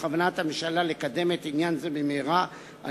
בכוונת הממשלה לקדם עניין זה במהרה על